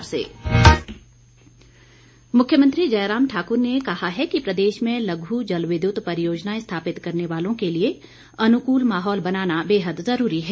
प्रश्नकाल मुख्यमंत्री जयराम ठाकुर ने कहा है कि प्रदेश में लघु जल विद्युत परियोजनाएं स्थापित करने वालों के लिए अनुकूल माहौल बनाना बेहद जरूरी है